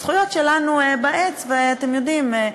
הזכויות שלנו בעץ, ואתם יודעים,